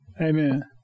Amen